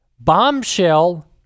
bombshell